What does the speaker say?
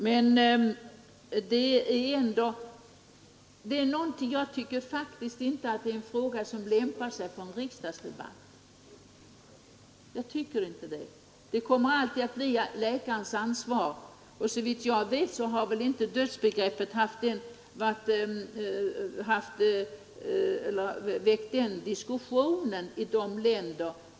Men den lämpar sig inte för en riksdagsdebatt. Detta kommer alltid att falla på läkarens ansvar. Såvitt jag vet har dödsbegreppet i grannländerna inte väckt samma diskussion som här.